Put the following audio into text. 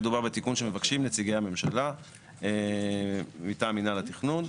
מדובר בתיקון שמבקשים נציגי הממשלה מטעם מינהל התכנון,